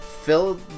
fill